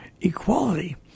equality